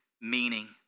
meaning